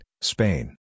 Spain